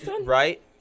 Right